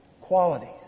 qualities